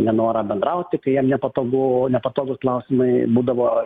nenorą bendrauti kai jam nepatogu nepatogūs klausimai būdavo